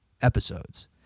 episodes